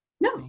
no